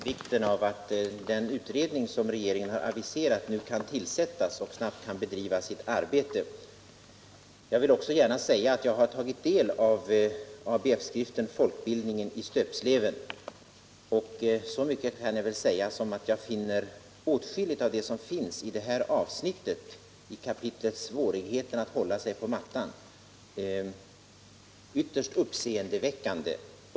Herr talman! Arne Nygren och jag är överens om vikten av att den utredning som regeringen har aviserat nu kan tillsättas och snabbt bedriva sitt arbete. Jag har också tagit del av ABF-skriften Folkbildningen i stöpsleven. Så mycket kan jag väl säga att jag finner åtskilligt av det som står att läsa i kapitlet Svårigheten att hålla sig på mattan ytterst uppseendeväckande.